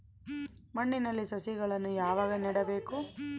ಮಣ್ಣಿನಲ್ಲಿ ಸಸಿಗಳನ್ನು ಯಾವಾಗ ನೆಡಬೇಕು?